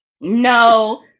No